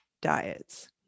diets